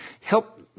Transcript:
help